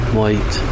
white